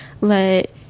let